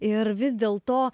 ir vis dėlto